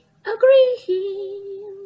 agree